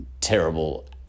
terrible